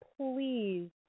please